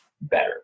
better